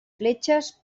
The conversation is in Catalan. fletxes